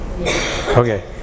Okay